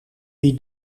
wie